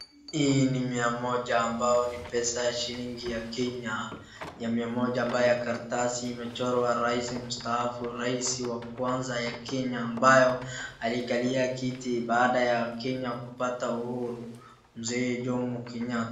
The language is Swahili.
Hii ni mia moja ambao ni pesa ya shilingi ya Kenya, ya mia moja ambayo ya karatasi imechorwa rais mstaafu, rais wa kwanza ya Kenya, ambayo alikalia kiti baada ya Kenya kupata uhuru, Mzee Jomo Kenyatta.